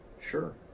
Sure